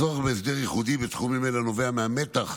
הצורך בהסדר ייחודי בתחומים אלה נובע מהמתח